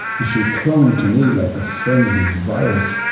and she clung to me like a friendly virus,